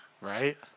Right